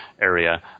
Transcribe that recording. area